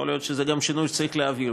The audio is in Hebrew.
יכול להיות שזה גם שינוי שצריך להעביר